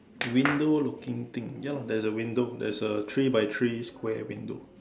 window looking thing ya lah there is a window there is a three by three square window